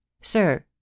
Sir